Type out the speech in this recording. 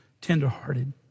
tenderhearted